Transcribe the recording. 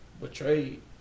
Betrayed